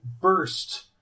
burst